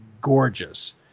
gorgeous